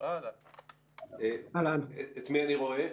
את מי אני רואה?